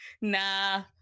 Nah